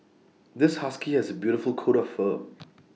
this husky has A beautiful coat of fur